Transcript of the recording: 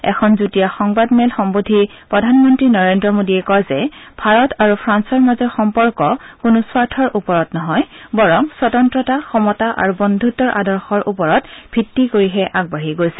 এখন যুটীয়া সংবাদ মেল সম্বোধি প্ৰধানমন্ত্ৰী নৰেন্দ্ৰ মোদীয়ে কয় যে ভাৰত আৰু ফ্ৰান্সৰ মাজৰ সম্পৰ্ক কোনো স্বাধৰ ওপৰত নহয় বৰং স্বতন্ততা সমতা আৰু বদ্ধুত্বৰ আদৰ্শৰ ওপৰত ভিত্তি কৰিহে আগবাঢ়ি গৈছে